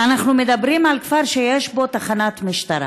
ואנחנו מדברים על כפר שיש בו תחנת משטרה.